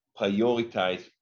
prioritize